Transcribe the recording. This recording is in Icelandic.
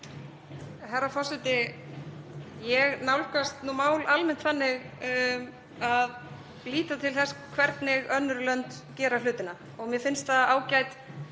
Herra forseti. Ég nálgast mál almennt þannig að líta til þess hvernig önnur lönd gera hlutina. Mér finnst það ágæt